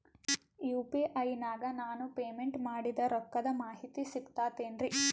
UPI ನಾಗ ನಾನು payment ಮಾಡಿದ ರೊಕ್ಕದ ಮಾಹಿತಿ ಸಿಕ್ತಾತೇನ್ರೀ?